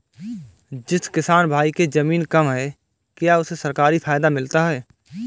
जिस किसान भाई के ज़मीन कम है क्या उसे सरकारी फायदा मिलता है?